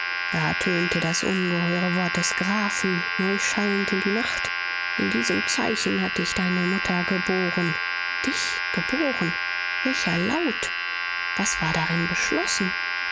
da tönte das ungeheure wort des grafen neuschallend in die nacht in diesem zeichen hat dich deine mutter geboren dich geboren welcher laut was war darin beschlossen